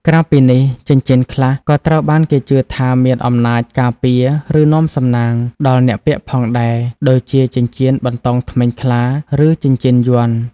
ក្រៅពីនេះ ចិញ្ចៀនខ្លះក៏ត្រូវបានគេជឿថាមានអំណាច ការពារ ឬនាំសំណាង ដល់អ្នកពាក់ផងដែរ ដូចជាចិញ្ចៀនបន្តោងធ្មេញខ្លា ឬចិញ្ចៀនយ័ន្ត។